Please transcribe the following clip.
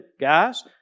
guys